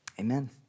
amen